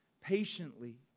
patiently